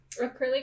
acrylic